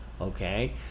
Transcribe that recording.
okay